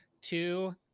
two